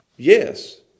Yes